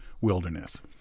Wilderness